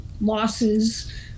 losses